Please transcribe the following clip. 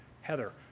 Heather